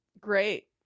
great